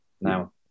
Now